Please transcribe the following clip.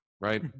right